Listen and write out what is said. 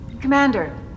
Commander